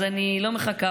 אז אני לא מחכה,